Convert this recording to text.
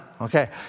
Okay